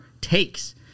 takes